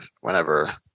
whenever